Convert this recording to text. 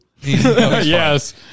Yes